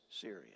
Syria